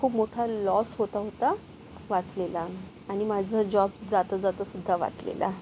खूप मोठा लॉस होता होता वाचलेला आणि माझं जॉब जाता जाता सुध्दा वाचलेला